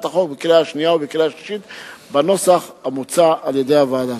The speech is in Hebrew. החוק בקריאה שנייה ובקריאה שלישית בנוסח המוצע על-ידי הוועדה.